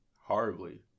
horribly